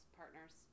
partners